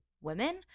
women